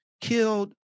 killed